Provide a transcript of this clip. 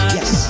Yes